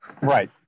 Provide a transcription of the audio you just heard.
Right